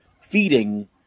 feeding